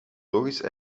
logisch